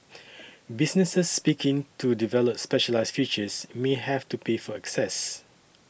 businesses speaking to develop specialised features may have to pay for access